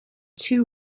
two